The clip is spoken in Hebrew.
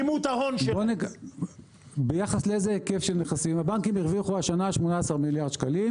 להלוואה לדיור רשאי המלווה לגבות עמלה ששיעורה לא יעלה על 360 שקלים חדשים.